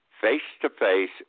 face-to-face